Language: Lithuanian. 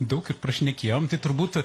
daug ir prašnekėjom tai turbūt